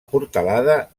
portalada